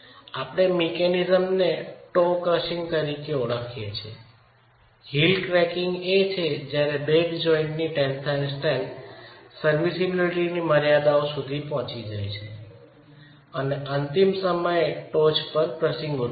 આપણે મિકેનિઝમને toe crushing તરીકે ઓળખીએ છીએ હીલ ક્રેકીંગ એ છે જ્યારે બેડ જોઈન્ટની ટેન્સાઇલ સ્ટ્રેન્થ સર્વિસિબિલિટીની મર્યાદાઓ સુધી પહોંચી જાય છે ત્યારે અંતિમ સમયે ટોચ પર ક્રસીંગ ઉદભવશે